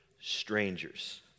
strangers